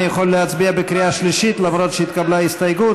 אני יכול להצביע בקריאה שלישית למרות שהתקבלה הסתייגות?